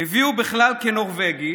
הביאו בכלל כנורבגי